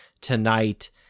tonight